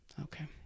Okay